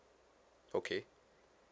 okay